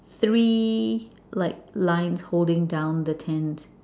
three like lines holding down the tent